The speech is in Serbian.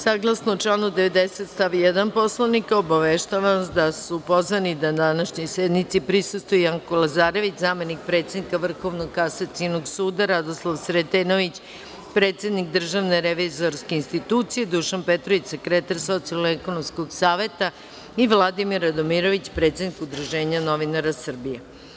Saglasno članu 90. stav 1. Poslovnika, obaveštavam vas da su pozvani da današnjoj sednici prisustvuju Janko Lazarević, zamenik predsednika Vrhovnog kasacionog suda, Radoslav Sretenović, predsednik Državne revizorske institucije, Dušan Petrović, sekretar Socijalno-ekonomskog saveta i Vladimir Radomirović, predsednik Udruženja novinara Srbije.